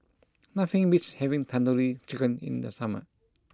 nothing beats having Tandoori Chicken in the summer